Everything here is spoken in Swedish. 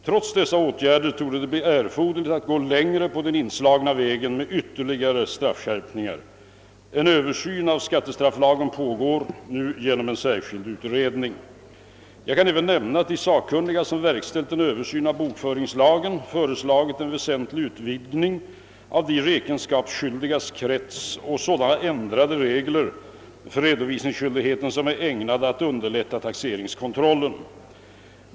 Trots dessa åtgärder torde det bli erforderligt att gå längre på den inslagna vägen med ytterligare straffskärpningar. En Översyn av skattestrafflagen pågår genom en särskild utredning. Jag kan även nämna, att de sakkunniga som verkställt en översyn av bokföringslagen föreslagit en väsentlig utvidgning av de räkenskapsskyldigas krets och sådana ändrade regler för redovisningsskyldigheten som är ägnade att underlätta taxeringskontrollen.